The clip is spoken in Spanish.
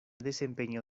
desempeñó